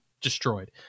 destroyed